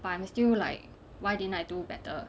but I'm still like why didn't I do better